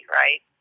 right